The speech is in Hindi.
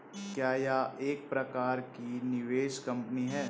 क्या यह एक प्रकार की निवेश कंपनी है?